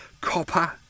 Copper